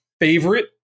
favorite